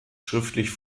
schriftlich